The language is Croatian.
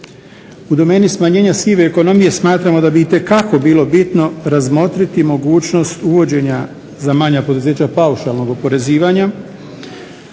u domeni smanjenja sive ekonomije smatramo da bi itekako bilo bitno razmotriti mogućnost uvođenja za manja poduzeća paušalnog oporezivanja